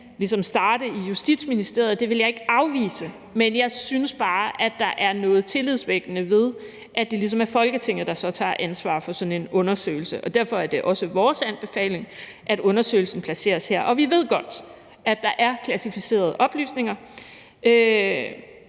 ligesom kan starte i Justitsministeriet. Det vil jeg ikke afvise, men jeg synes bare, at der er noget tillidsvækkende ved, at det ligesom er Folketinget, der så tager ansvar for sådan en undersøgelse, og derfor er det også vores anbefaling, at undersøgelsen placeres her. Vi ved godt, at der er klassificerede oplysninger,